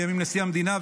לימים נשיא המדינה,